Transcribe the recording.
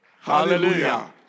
Hallelujah